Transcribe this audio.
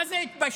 מה זה התבשל?